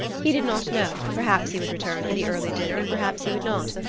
he did not know perhaps he would return for the early dinner and perhaps he would not.